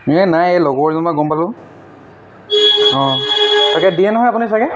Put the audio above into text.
এই নাই এই লগৰজনৰ পৰা গম পালোঁ অঁ তাকে দিয় নহয় আপুনি ছাগৈ